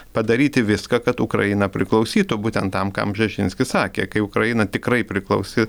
padaryti viską kad ukraina priklausytų būtent tam kam bžežinskis sakė kai ukraina tikrai priklausi